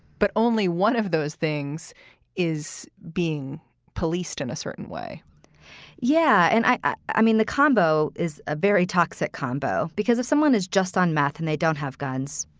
but only one of those things is being policed in a certain way yeah. and i i mean, the combo is a very toxic combo, because if someone is just on math and they don't have guns,